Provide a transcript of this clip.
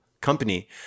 company